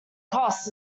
costs